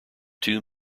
two